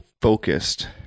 focused